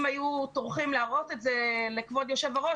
אם היו טורחים להראות את זה לכבוד היושב ראש,